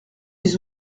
des